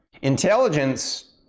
intelligence